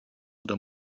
oder